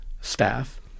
staff